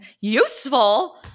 useful